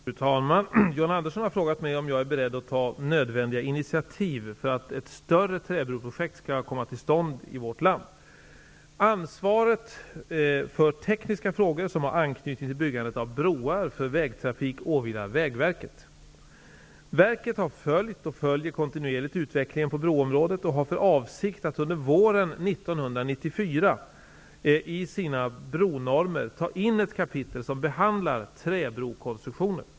Fru talman! John Andersson har frågat mig om jag är beredd att ta nödvändiga initiativ för att ett större träbroprojekt skall komma till stånd i vårt land. Ansvaret för tekniska frågor som har anknytning till byggandet av broar för vägtrafik åvilar Vägverket. Verket har följt och följer kontinuerligt utvecklingen på broområdet och har för avsikt att under våren 1994 i sina bronormer ta in ett kapitel som behandlar träbrokonstruktioner.